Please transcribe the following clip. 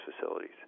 facilities